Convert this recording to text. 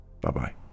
bye-bye